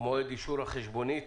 מועד אישור החשבונית